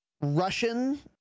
Russian